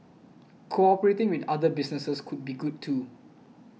cooperating with other businesses could be good too